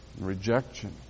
rejection